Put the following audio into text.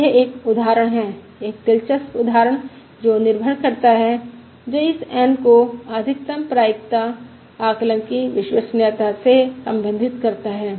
तो यह एक उदाहरण है एक दिलचस्प उदाहरण जो निर्भर करता है जो इस एन को अधिकतम प्रायिकता आकलन की विश्वसनीयता से संबंधित करता है